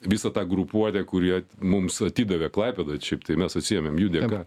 visą tą grupuotę kurie mums atidavė klaipėdą šiaip tai mes atsiėmėm jų dėka